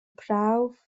prawf